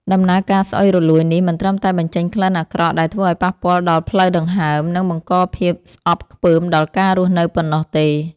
ដំណើរការស្អុយរលួយនេះមិនត្រឹមតែបញ្ចេញក្លិនអាក្រក់ដែលធ្វើឱ្យប៉ះពាល់ដល់ផ្លូវដង្ហើម និងបង្កភាពស្អប់ខ្ពើមដល់ការរស់នៅប៉ុណ្ណោះទេ។